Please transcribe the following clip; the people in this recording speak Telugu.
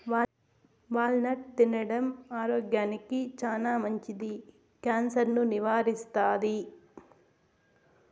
వాల్ నట్ తినడం ఆరోగ్యానికి చానా మంచిది, క్యాన్సర్ ను నివారిస్తాది